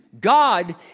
God